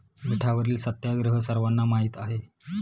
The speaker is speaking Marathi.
मिठावरील सत्याग्रह सर्वांना माहीत आहे